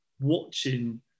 watching